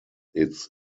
its